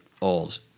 old